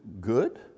good